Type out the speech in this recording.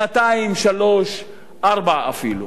שנתיים, שלוש שנים, ארבע שנים אפילו.